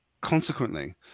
consequently